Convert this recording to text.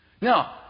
Now